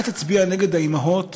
אל תצביע נגד האימהות